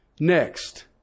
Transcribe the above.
next